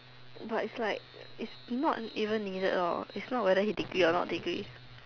but is like is not even needed lor is not whether he degree a not degree